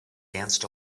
danced